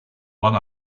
one